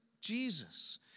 Jesus